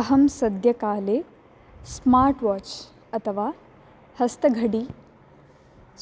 अहं सद्यकाले smart watch अथवा हस्तघटी